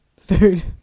Food